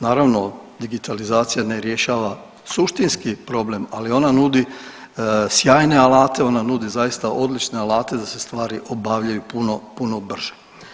Naravno, digitalizacija ne rješava suštinski problem, ali ona nudi sjajne alate, ona nudi zaista odlične alate da se stvari obavljaju puno, puno brže.